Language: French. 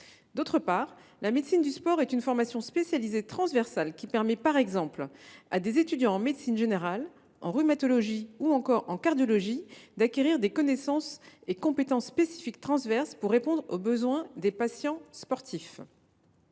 D’autre part, la médecine du sport est une formation spécialisée transversale qui permet par exemple à des étudiants en médecine générale, en rhumatologie ou encore en cardiologie d’acquérir des connaissances et des compétences spécifiques transverses pour répondre aux besoins des patients sportifs.